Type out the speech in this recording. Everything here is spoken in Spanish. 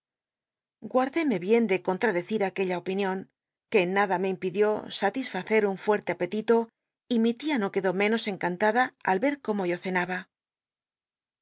léme bien de conlladecir aquella opinion que en nada me impidió satisfnccr un fuerte apetito y mi tia no quedó menos encan tada al ycl cómo yo cenaba